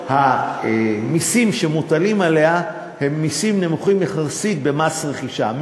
המסים שמוטלים עליה הם מסים נמוכים יחסית במס רכישה,